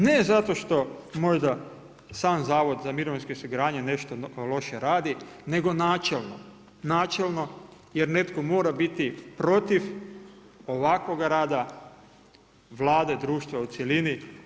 Ne zato što možda sam Zavod za mirovinsko osiguranje nešto loše radi, nego načelno, načelno jer netko mora biti protiv ovakvoga rad Vlade, društva u cjelini.